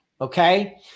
Okay